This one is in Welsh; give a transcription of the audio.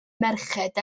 merched